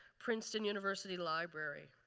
princeton university library.